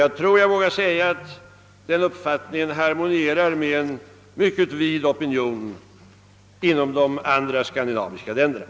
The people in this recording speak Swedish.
Jag tror jag vågar säga att den uppfattningen harmonierar med en mycket vid opinion inom de andra skandinaviska länderna.